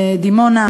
מדימונה,